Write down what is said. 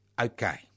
okay